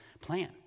plan